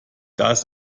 das